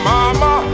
Mama